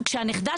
ואת התחושה שנלקח